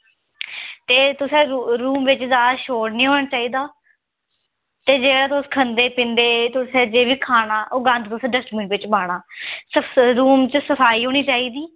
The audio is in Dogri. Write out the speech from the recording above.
ते तुसें रूम बिच्च जादा शोर नी होना चाहिदा ते जेह्ड़ा तुस खंदे पींदे तुसें जो बी खाना ओह् गंद तुसें डस्टबिन च पाना रूम च सफाई होनी चाहिदी